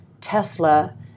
Tesla